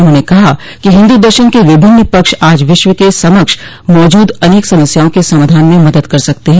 उन्होंने कहा कि हिन्दू दर्शन के विभिन्न पक्ष आज विश्व के समक्ष मौजूद अनेक समस्याओं के समाधान में मदद कर सकते हैं